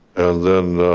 then,